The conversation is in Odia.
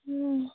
ହୁଁ